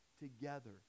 together